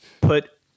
put